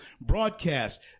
broadcast